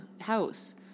house